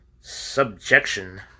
subjection